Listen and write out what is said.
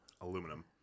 Aluminum